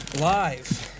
live